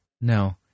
No